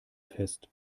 fest